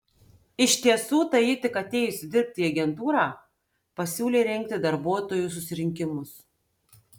iš tiesų tai ji tik atėjusi dirbti į agentūrą pasiūlė rengti darbuotojų susirinkimus